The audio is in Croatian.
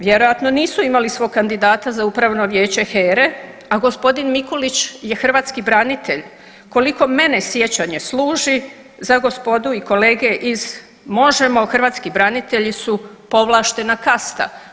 Vjerojatno nisu imali svog kandidata za Upravno vijeće HERA-e, a g. Mikulić je hrvatski branitelj koliko mene sjećanje služi za gospodu i kolege iz Možemo hrvatski branitelji su povlaštena kasta.